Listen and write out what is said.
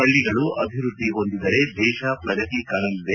ಹಳ್ಳಿಗಳು ಅಭಿವೃದ್ದಿ ಹೊಂದಿದರೆ ದೇಶ ಪ್ರಗತಿ ಕಾಣಲಿದೆ